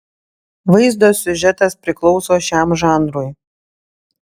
vaizdo siužetas priklauso šiam žanrui